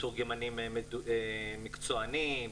מתורגמנים מקצוענים,